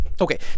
Okay